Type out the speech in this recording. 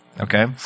Okay